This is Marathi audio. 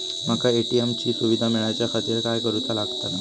माका ए.टी.एम ची सुविधा मेलाच्याखातिर काय करूचा लागतला?